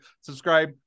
subscribe